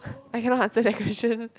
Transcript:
I cannot answer that question